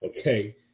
Okay